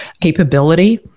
capability